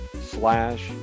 slash